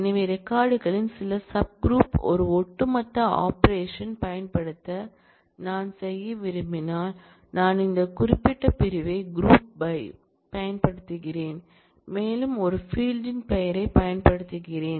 எனவே ரெக்கார்ட் களின் சில சப் க்ரூப் க்களில் ஒரு ஒட்டுமொத்த ஆபரேஷன் பயன்படுத்த நான் செய்ய விரும்பினால் நான் இந்த குறிப்பிட்ட பிரிவை க்ரூப் பை ஐப் பயன்படுத்துகிறேன் மேலும் ஒரு ஃபீல்ட் ன் பெயரைப் பயன்படுத்துகிறேன்